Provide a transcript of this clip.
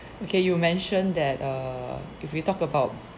okay you mentioned that err if we talk about